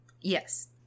yes